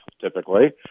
typically